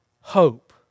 hope